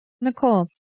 Nicole